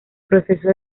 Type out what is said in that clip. proceso